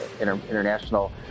International